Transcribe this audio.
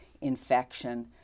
infection